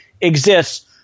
exists